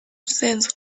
sense